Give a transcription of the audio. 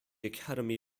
academy